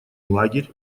лагерь